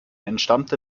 entstammte